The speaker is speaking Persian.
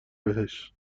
بهش